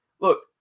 look